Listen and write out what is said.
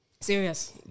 Serious